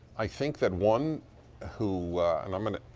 i think that one who and i'm going